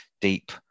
deep